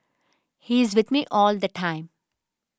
he's with me all the time